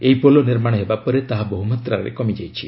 ଏହି ପୋଲ ନିର୍ମାଣ ହେବା ପରେ ତାହା ବହ୍ମାତ୍ରାରେ କମିଯାଇଛି